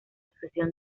sucesión